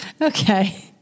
Okay